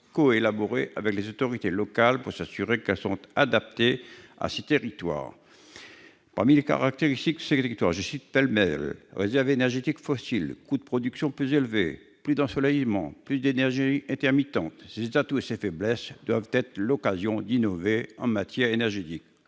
coélaborées avec les autorités locales pour s'assurer qu'elles sont adaptées à ces territoires. Parmi les caractéristiques de ces derniers, je cite pêle-mêle : les réserves d'énergies fossiles, les coûts de production plus élevés, plus d'ensoleillement, des sources d'énergie intermittentes. Ces atouts et ces faiblesses doivent être l'occasion d'innover en matière énergétique.